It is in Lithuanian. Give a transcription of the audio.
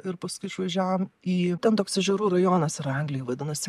ir paskui išvažiavom į ten toks ežerų rajonas yra anglijoj vadinasi